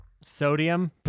Sodium